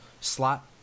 slot